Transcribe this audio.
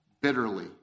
bitterly